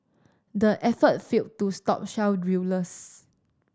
the effort failed to stop shale drillers